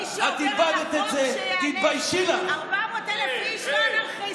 אתה קורא להם אנרכיסטים.